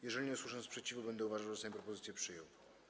Jeżeli nie usłyszę sprzeciwu, będę uważał, że Sejm propozycję przyjął.